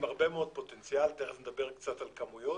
הרבה מאוד פוטנציאל תכף נדבר קצת על כמויות